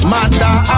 Mother